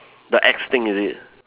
the axe thing is it